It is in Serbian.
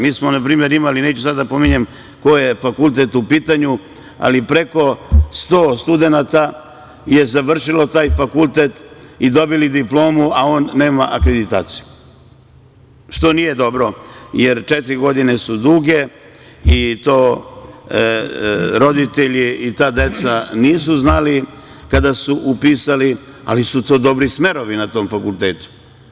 Mi smo, na primer, imali, neću sad da pominjem koji je fakultet u pitanju, ali preko 100 studenata je završilo taj fakultet i dobili diplomu, a on nema akreditaciju, što nije dobro, jer četiri godine su duge, i to roditelji i ta deca nisu znali kada su upisali, ali su dobri smerovi na tom fakultetu.